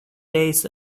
days